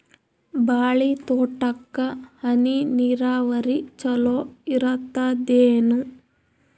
ಬಾಳಿ ತೋಟಕ್ಕ ಹನಿ ನೀರಾವರಿ ಚಲೋ ಇರತದೇನು?